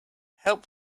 help